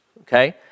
Okay